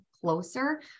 closer